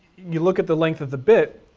you look at the length of the bit.